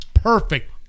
Perfect